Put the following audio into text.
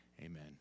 Amen